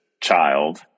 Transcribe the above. child